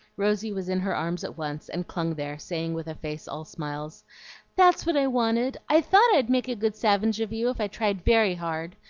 rosy was in her arms at once, and clung there, saying with a face all smiles that's what i wanted! i thought i'd make a good savinge of you if i tried very hard.